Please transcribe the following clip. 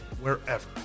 wherever